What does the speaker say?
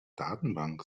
datenbank